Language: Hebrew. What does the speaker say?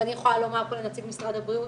ואני יכולה לומר פה לנציג משרד הבריאות,